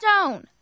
stone